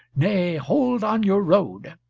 nay, hold on your road.